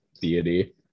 deity